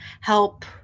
help